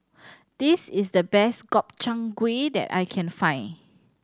this is the best Gobchang Gui that I can find